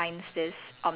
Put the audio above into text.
ya so